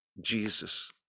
Jesus